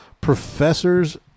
professors